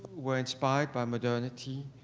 were inspired by modernity,